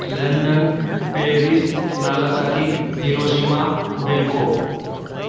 London Paris Nagasaki Hiroshima Bangkok